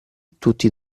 tutti